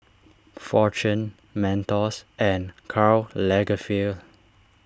fortune Mentos and Karl Lagerfeld